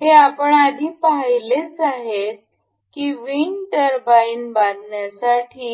तर हे आपण आधी पाहिलेलेच आहे की विंड टर्बाइन बांधण्यासाठी